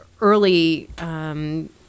early